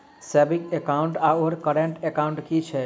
Saving account आओर current account की छैक?